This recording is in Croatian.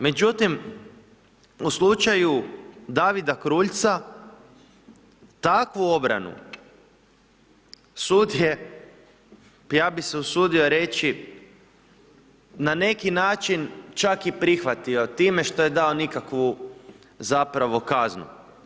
Međutim, u slučaju Davida Kruljca takvu obranu sud je, ja bi se usudio reći na neki način čak i prihvatio time što je dao nikakvu zapravo kaznu.